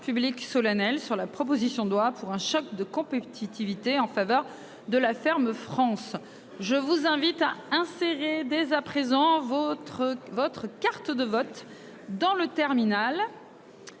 public solennel sur la proposition de loi pour un choc de compétitivité en faveur de la ferme France. Je vous invite à insérer des à présent votre votre carte de vote dans le terminal.